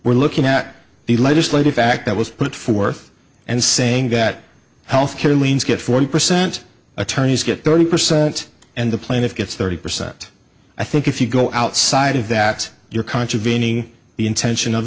we're looking at the legislative fact that was put forth and saying that health care liens get forty percent attorneys get thirty percent and the plaintiff gets thirty percent i think if you go outside of that you're contravening the intention of